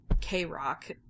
K-Rock